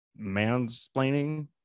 mansplaining